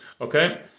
Okay